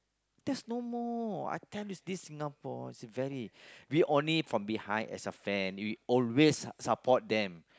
there's no more I tell you this Singapore is a very we only from behind as a fan we always support them